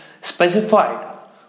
specified